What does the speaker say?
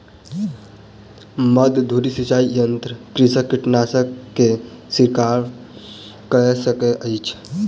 मध्य धूरी सिचाई यंत्र सॅ कृषक कीटनाशक के छिड़काव कय सकैत अछि